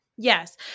Yes